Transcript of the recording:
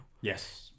yes